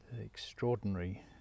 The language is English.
extraordinary